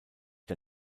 der